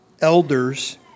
elders